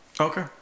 Okay